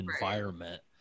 environment